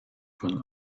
von